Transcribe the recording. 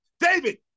David